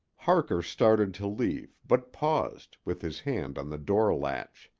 harker started to leave, but paused, with his hand on the door latch.